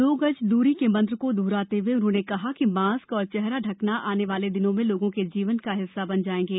दो गज दूरी के मंत्र को दोहराते हुए उन्होंने कहा कि मास्क और चेहरा ढकना आने वाले दिनों में लोगों के जीवन का हिस्सा बन जाएंगे